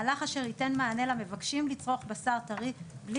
מהלך אשר ייתן מענה למבקשים לצרוך בשר טרי בלי